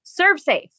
ServeSafe